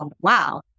wow